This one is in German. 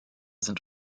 sind